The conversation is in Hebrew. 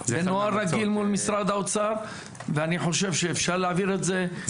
זה נוהל רגיל מול משרד האוצר ואני חושב שאפשר להעביר את זה,